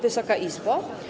Wysoka Izbo!